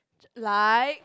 like